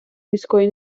міської